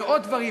ועוד דברים.